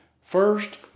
First